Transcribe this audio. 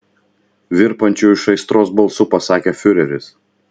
virpančiu iš aistros balsu pasakė fiureris